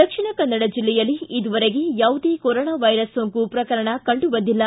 ದಕ್ಷಿಣ ಕನ್ನಡ ಜಿಲ್ಲೆಯಲ್ಲಿ ಇದುವರೆಗೆ ಯಾವುದೇ ಕೊರೊನಾ ವೈರಸ್ ಸೋಂಕು ಪ್ರಕರಣ ಕಂಡುಬಂದಿಲ್ಲ